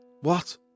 What